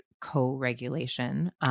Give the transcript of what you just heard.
co-regulation